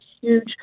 huge